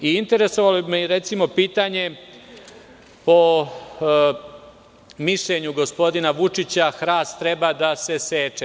Interesovalo bi me i pitanje o mišljenju gospodina Vučića – hrast treba da se seče.